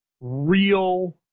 real